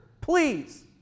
please